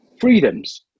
freedoms